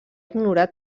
ignorar